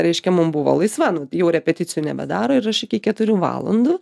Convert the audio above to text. reiškia mums buvo laisva nu jų repeticijų nebedaro ir aš iki keturių valandų